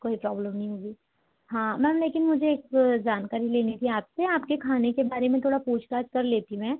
कोई प्रॉब्लम नहीं होगी हाँ मैम लेकिन मुझे एक जानकारी लेनी थी आपसे आपके खाने के बारे में थोड़ा पूछताछ कर लेती मैं